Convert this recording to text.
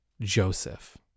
Joseph